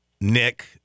Nick